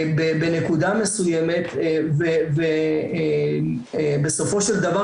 בנקודה מסוימת ובסופו של דבר,